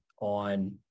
on